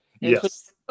Yes